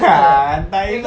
!huh! tahir